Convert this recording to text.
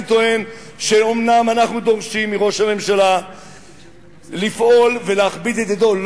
אני טוען שאומנם אנחנו דורשים מראש הממשלה לפעול ולהכביד את ידו.